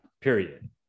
period